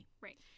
Right